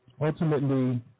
Ultimately